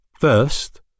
First